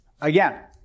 again